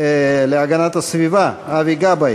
להגנת הסביבה אבי גבאי.